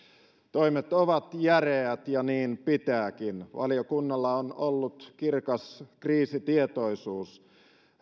toimet ovat järeät ja niin pitääkin valiokunnalla on ollut kirkas kriisitietoisuus